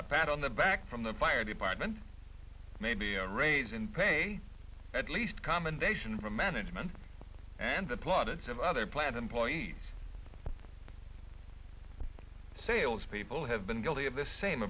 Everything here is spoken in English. a pat on the back from the fire department maybe a raise in pay at least commendation from management and the plaudits of other plant employees salespeople have been guilty of the same